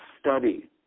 study